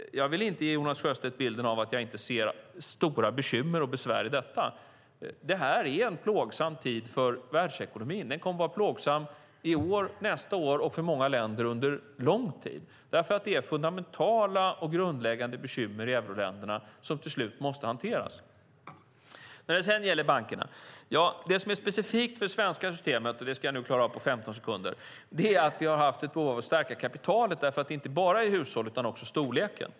Jag vill inte ge Jonas Sjöstedt bilden av att jag inte ser stora bekymmer och besvär i detta. Det här är en plågsam tid för världsekonomin. Det kommer att vara plågsamt i år, nästa år och för många länder under lång tid. Det finns fundamentala bekymmer i euroländer som till slut måste hanteras. Sedan gäller det bankerna, och det ska jag nu klara av på 15 sekunder. Det som är specifikt för det svenska systemet är att vi har haft ett behov av att stärka kapitalet därför att det inte bara handlar om hushållen utan också om storleken.